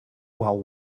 while